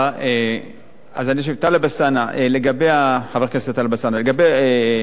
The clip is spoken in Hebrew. חבר הכנסת טלב אלסאנע, לגבי המזון שנזרק,